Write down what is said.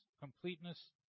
completeness